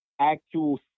actual